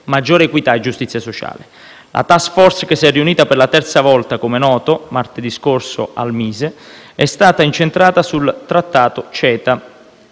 maggiore equità e giustizia sociale. La *task force* che si è riunita per la terza volta, come noto, martedì scorso al MISE, è stata incentrata sul trattato CETA.